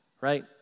Right